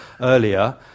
earlier